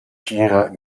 tgira